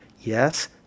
yes